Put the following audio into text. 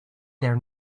their